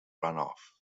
runoff